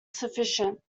sufficient